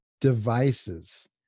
devices